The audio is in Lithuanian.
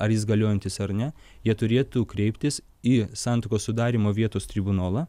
ar jis galiojantis ar ne jie turėtų kreiptis į santuokos sudarymo vietos tribunolą